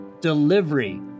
delivery